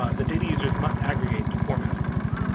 the data users must aggregate to form estimates.